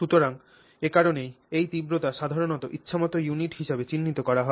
সুতরাং একারণেই এই তীব্রতা সাধারণত ইচ্ছামত ইউনিট হিসাবে চিহ্নিত করা হয়